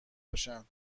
باشن